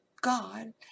God